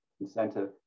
incentive